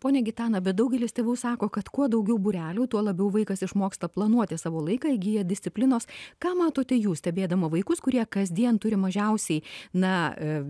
ponia gitana bet daugelis tėvų sako kad kuo daugiau būrelių tuo labiau vaikas išmoksta planuoti savo laiką įgyja disciplinos ką matote jūs stebėdama vaikus kurie kasdien turi mažiausiai na